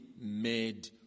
made